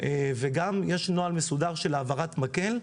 גם יש נוהל מסודר של העברת מקל,